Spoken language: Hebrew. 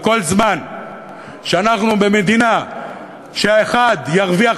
וכל זמן שאנחנו במדינה שבה האחד ירוויח